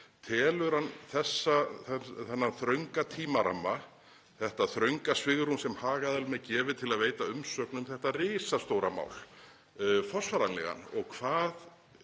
Telur hann þennan þrönga tímaramma, þetta þrönga svigrúm sem hagaðilum er gefið til að veita umsögn um þetta risastóra mál, forsvaranlegan? Hvað